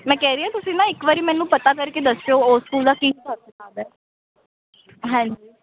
ਮੈਂ ਕਹਿ ਰਹੀ ਆ ਤੁਸੀਂ ਇੱਕ ਵਾਰ ਮੈਨੂੰ ਪਤਾ ਕਰਕੇ ਦੱਸਿਓ ਉਸ ਸਕੂਲ ਦਾ ਕੀ ਹਿਸਾਬ ਕਿਤਾਬ ਹੈ ਹਾਂਜੀ